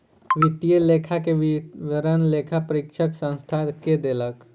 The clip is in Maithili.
वित्तीय लेखा के विवरण लेखा परीक्षक संस्थान के देलक